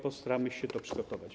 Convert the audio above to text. Postaramy się to przygotować.